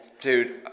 Dude